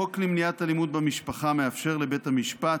חוק למניעת אלימות במשפחה מאפשר לבית המשפט,